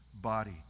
body